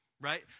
right